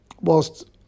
whilst